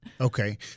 Okay